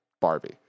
Barbie